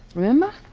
remember?